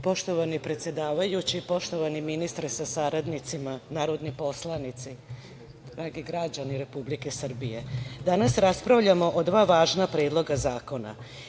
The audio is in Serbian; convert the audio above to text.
Poštovani predsedavajući, poštovani ministre sa saradnicima, narodni poslanici, dragi građani Republike Srbije, danas raspravljamo o dva važna predloga zakona.